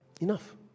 Enough